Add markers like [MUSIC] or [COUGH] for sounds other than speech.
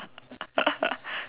[LAUGHS]